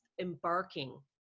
embarking